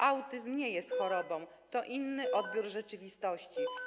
Autyzm nie jest chorobą, to inny odbiór rzeczywistości.